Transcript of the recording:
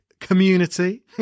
community